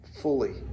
fully